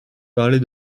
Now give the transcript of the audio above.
parler